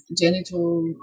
genital